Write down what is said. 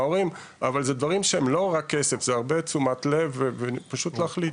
אבל אלו דברים שלא רק כסף זה כרוך בהרבה תשומת לב ופשוט להחליט,